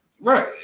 Right